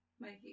Mikey